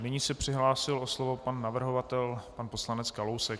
Nyní se přihlásil o slovo pan navrhovatel pan poslanec Kalousek.